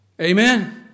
Amen